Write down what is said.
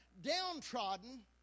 downtrodden